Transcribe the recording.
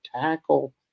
tackle